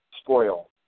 spoil